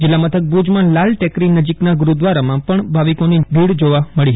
જિલ્લા મથક ભુજમાં લાલ ટેકરી નજીકના ગુરૂદ્વારામાં પણ ભાવિકોની ભીડ જોવા મળી હતી